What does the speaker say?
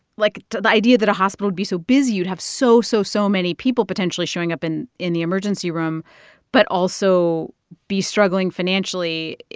like, the idea that a hospital would be so busy you'd have so, so, so many people potentially showing up in in the emergency room but also be struggling financially.